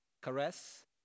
Caress